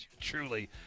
truly